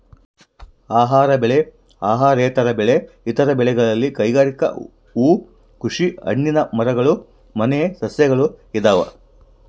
ಆಹಾರ ಬೆಳೆ ಅಹಾರೇತರ ಬೆಳೆ ಇತರ ಬೆಳೆಗಳಲ್ಲಿ ಕೈಗಾರಿಕೆ ಹೂಕೃಷಿ ಹಣ್ಣಿನ ಮರಗಳು ಮನೆ ಸಸ್ಯಗಳು ಇದಾವ